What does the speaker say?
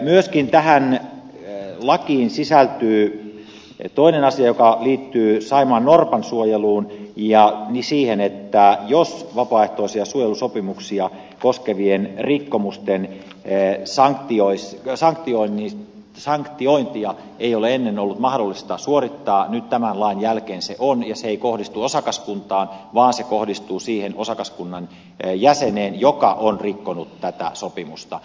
myöskin tähän lakiin sisältyy toinen asia joka liittyy saimaannorpan suojeluun ja siihen että jos vapaaehtoisia suojelusopimuksia koskevien rikkomusten sanktiointia ei ole ennen ollut mahdollista suorittaa nyt tämän lain jälkeen on ja se ei kohdistu osakaskuntaan vaan se kohdistuu siihen osakaskunnan jäseneen joka on rikkonut tätä sopimusta